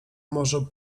morzu